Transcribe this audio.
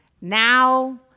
Now